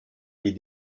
les